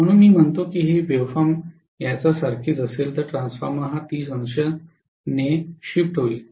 म्हणून मी म्हणतो कि हि वेव्ह फॉर्म याचा सारखीच असेल तर ट्रान्सफॉर्मर हा 300 ने शिफ्ट होईल